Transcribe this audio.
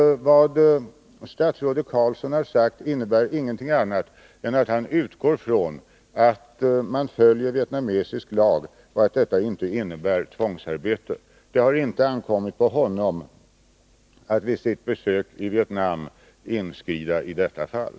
Vad statsrådet Carlsson har sagt innebär ingenting annat än att han utgår från att man följer vietnamesisk lag och att detta inte innebär tvångsarbete. Det har inte ankommit på honom att vid sitt besök i Vietnam inskrida i detta fall.